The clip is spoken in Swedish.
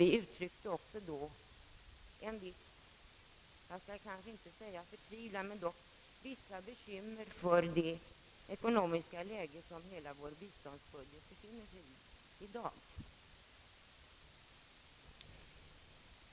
Vi uttryckte också då en viss förtvivlan eller åtminstone vissa bekymmer för det ekonomiska läge i vilket vår biståndsbudget befinner sig i dag.